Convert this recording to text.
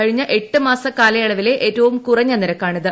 കഴിഞ്ഞ എട്ട് മാസക്കാലയളവിലെ ഏറ്റവും കുറഞ്ഞ നിരക്കാണിത്